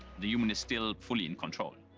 the human is still fully in control.